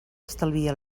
estalvia